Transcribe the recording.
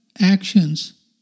actions